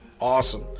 awesome